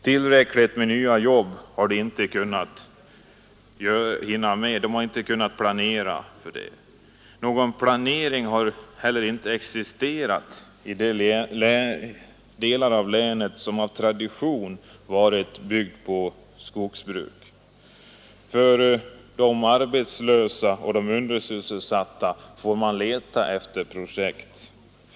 Tillräckligt med nya jobb har man inte kunnat planera för. Någon planering har heller inte existerat i de delar av länet som av tradition varit skogsbruksbygder. För de arbetslösa eller undersysselsatta får man leta efter projekt.